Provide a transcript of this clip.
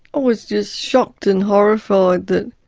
was just shocked and horrified that,